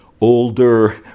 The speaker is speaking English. older